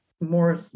more